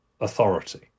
authority